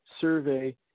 survey